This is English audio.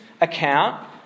account